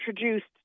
introduced